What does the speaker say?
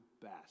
best